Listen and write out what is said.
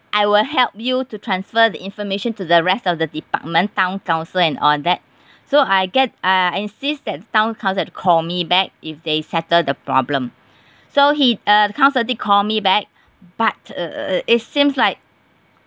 I will help you to transfer the information to the rest of the department town council and all that so I get I insist that town council have to call me back if they settle the problem so he uh town council call me back but uh it seems like